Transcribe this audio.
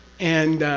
and.